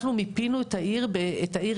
אנחנו מיפינו את העיר אילת,